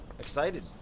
Excited